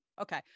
okay